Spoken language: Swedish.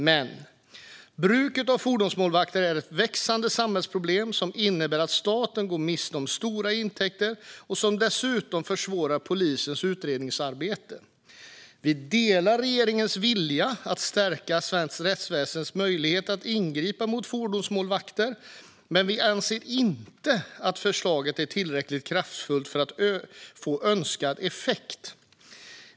Men bruket av fordonsmålvakter är ett växande samhällsproblem som innebär att staten går miste om stora intäkter och som dessutom försvårar polisens utredningsarbete. Vi delar regeringens vilja att stärka svenskt rättsväsens möjligheter att ingripa mot fordonsmålvakter, men vi anser inte att förslaget är tillräckligt kraftfullt för att få önskad effekt.